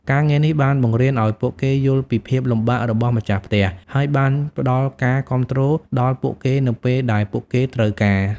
ការងារនេះបានបង្រៀនឱ្យពួកគេយល់ពីភាពលំបាករបស់ម្ចាស់ផ្ទះ ហើយបានផ្តល់ការគាំទ្រដល់ពួកគេនៅពេលដែលពួកគេត្រូវការ។